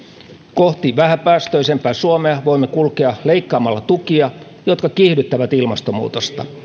kohti vähäpäästöisempää suomea voimme kulkea leikkaamalla tukia jotka kiihdyttävät ilmastonmuutosta